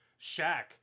Shaq